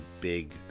big